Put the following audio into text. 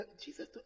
Jesus